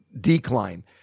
decline